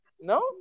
no